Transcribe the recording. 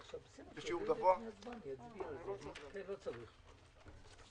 שישה חודשים, כדי לא לאבד את הרציונל גם מהחיסכון.